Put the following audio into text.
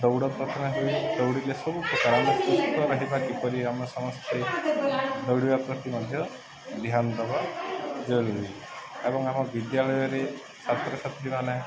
ଦୌଡ଼ ପ୍ରଥମେ ହୁଏ ଦୌଡ଼ିଲେ ସବୁ ପ୍ରକାରର ସୁସ୍ଥ ରହିବା କିପରି ଆମେ ସମସ୍ତେ ଦୌଡ଼ିବା ପ୍ରତି ମଧ୍ୟ ଧ୍ୟାନ ଦବା ଜରୁରୀ ଏବଂ ଆମ ବିଦ୍ୟାଳୟରେ ଛାତ୍ରଛାତ୍ରୀମାନେ